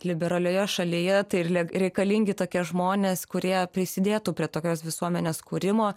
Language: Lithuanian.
liberalioje šalyje tai ir reikalingi tokie žmonės kurie prisidėtų prie tokios visuomenės kūrimo